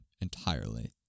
entirely